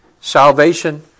salvation